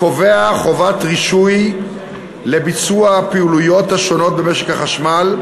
קובע חובת רישוי לביצוע הפעילויות השונות במשק החשמל,